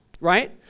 right